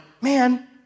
man